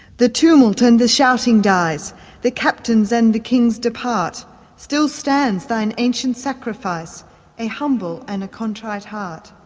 the tumult and the shouting dies the captains and the kings depart still stands thine ancient sacrifice a humble and a contrite heart.